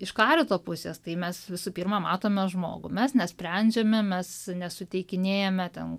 iš karitos pusės tai mes visų pirma matome žmogų mes nesprendžiame mes nesuteikinėjame ten